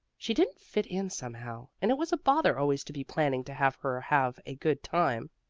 she didn't fit in somehow, and it was a bother always to be planning to have her have a good time.